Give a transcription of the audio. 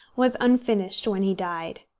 was unfinished when he died.